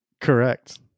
Correct